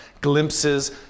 glimpses